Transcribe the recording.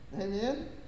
Amen